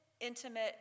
intimate